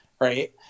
right